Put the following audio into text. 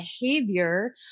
behavior